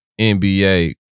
NBA